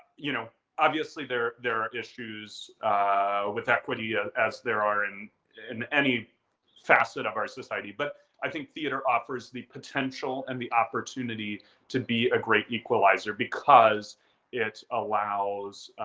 you know obviously their there are issues with equity as there are in in any facet of our society. but i think theater offers the potential and the opportunity to be a great equalizer because it allows